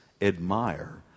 admire